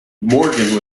morgan